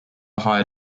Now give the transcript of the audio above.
higher